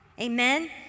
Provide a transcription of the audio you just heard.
Amen